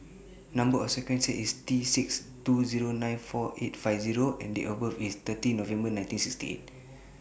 Number sequence IS T six two Zero nine four eight five O and Date of birth IS thirty November nineteen sixty eight